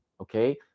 Okay